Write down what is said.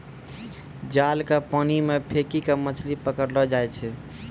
जाल के पानी मे फेकी के मछली पकड़लो जाय छै